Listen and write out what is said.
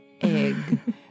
egg